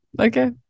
okay